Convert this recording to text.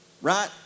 right